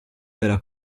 della